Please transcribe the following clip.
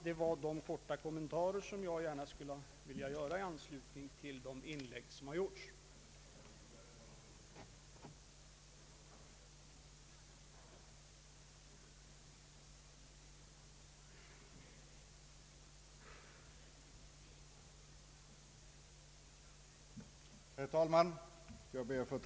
Det var dessa korta kommentarer jag gärna ville göra i anslutning till de inlägg som gjorts i debatten.